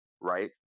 right